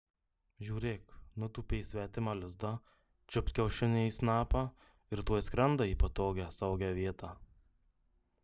žiūrėk nutūpė į svetimą lizdą čiupt kiaušinį į snapą ir tuoj skrenda į patogią saugią vietą